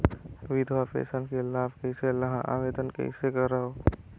विधवा पेंशन के लाभ कइसे लहां? आवेदन कइसे करव?